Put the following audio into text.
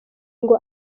ngo